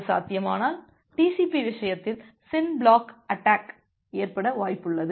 அது சாத்தியமானால் TCP விஷயத்தில் SYN பிளட் அட்டாக் ஏற்பட வாய்ப்புள்ளது